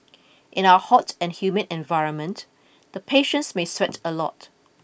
in our hot and humid environment the patients may sweat a lot